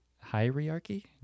Hierarchy